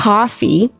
Coffee